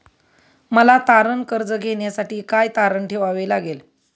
मला तारण कर्ज घेण्यासाठी काय तारण ठेवावे लागेल?